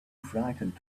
frightened